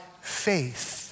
faith